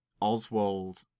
Oswald